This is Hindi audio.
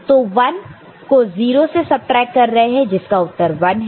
तो 1 को 0 से सबट्रैक्ट कर रहे हैं जिसका उत्तर 1 है